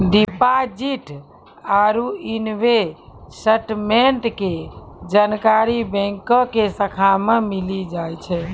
deposit आरू investment के जानकारी बैंको के शाखा मे मिली जाय छै